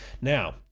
Now